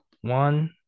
One